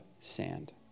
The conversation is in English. sand